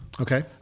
Okay